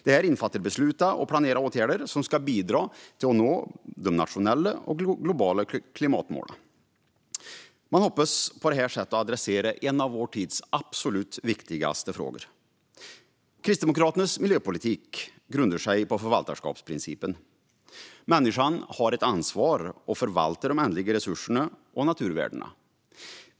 Detta innefattar beslutade och planerade åtgärder som ska bidra till att nå de nationella och globala klimatmålen. Man hoppas på detta sätt adressera en av vår tids absolut viktigaste frågor. Kristdemokraternas miljöpolitik grundar sig på förvaltarskapsprincipen. Människan har ett ansvar att förvalta de ändliga resurserna och naturvärdena.